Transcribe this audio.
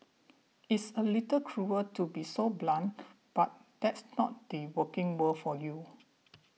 it's a little cruel to be so blunt but that's not the working world for you